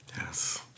Yes